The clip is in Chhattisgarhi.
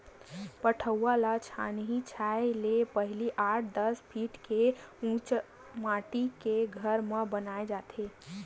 पठउवा ल छानही छाहे ले पहिली आठ, दस फीट के उच्च माठी के घर म बनाए जाथे